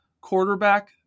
quarterback